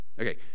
Okay